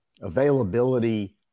availability